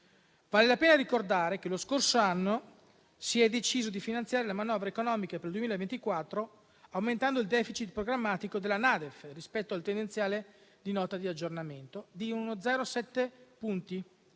Vale la pena ricordare che lo scorso anno si è deciso di finanziare la manovra economica per il 2024 aumentando il *deficit* programmatico della NADEF di 0,7 punti rispetto al tendenziale della Nota di aggiornamento, proprio